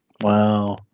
Wow